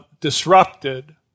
disrupted